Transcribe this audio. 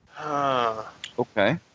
okay